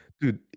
Dude